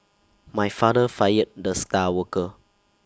my father fired the star worker